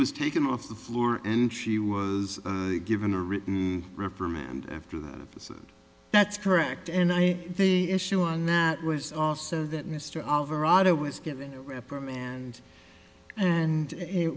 was taken off the floor and she was given a written reprimand after that that's correct and i think the issue on that was also that mr alvarado was given a reprimand and it